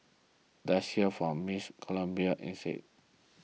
let's hear from Miss Colombia instead